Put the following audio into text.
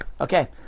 Okay